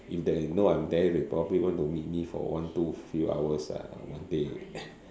if they know I'm there they will probably want to meet me for one two few hours ah latte